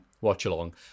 watch-along